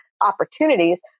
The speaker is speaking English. opportunities